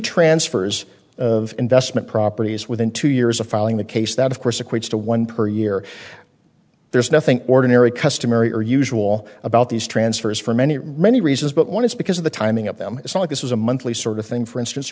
transfers of investment properties within two years of filing the case that of course equates to one per year there's nothing ordinary customary or usual about these transfers for many reasons but one is because of the timing of them it's like this is a monthly sort of thing for instance